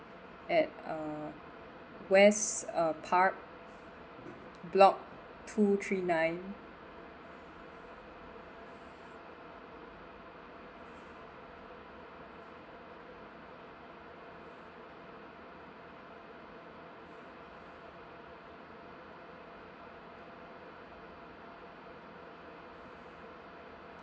at uh west uh park block two three nine